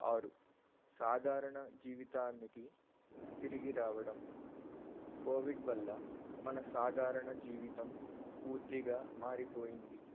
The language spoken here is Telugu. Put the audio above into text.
ఆరు సాధారణ జీవితానికి తిరిగి రావడం కోవిడ్ వల్ల మన సాధారణ జీవితం పూర్తిగా మారిపోయింది